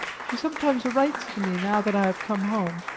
she sometimes writes to me now that i have come home,